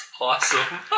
Awesome